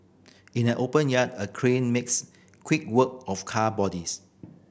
in an open yard a crane makes quick work of car bodies